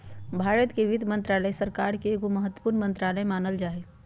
भारत के वित्त मन्त्रालय, सरकार के एगो महत्वपूर्ण मन्त्रालय मानल जा हय